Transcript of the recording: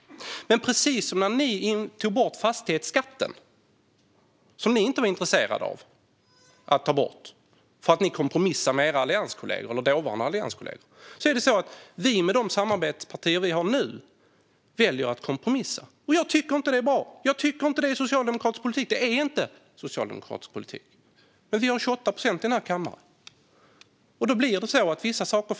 Men precis som för er när ni tog bort fastighetsskatten, som ni inte var intresserade av att ta bort eftersom ni kompromissade med era dåvarande allianskolleger, måste vi med våra nuvarande samarbetspartier välja att kompromissa. Det är inte bra, och det är inte socialdemokratisk politik. Men vi utgör 28 procent i kammaren, och då får vi svälja vissa saker.